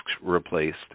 replaced